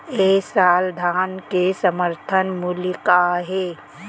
ए साल धान के समर्थन मूल्य का हे?